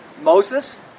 Moses